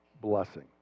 blessing